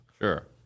Sure